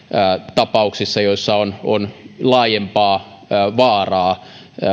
tapauksissa joissa on on laajempaa